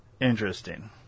interesting